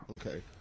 Okay